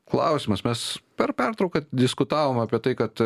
klausimas mes per pertrauką diskutavom apie tai kad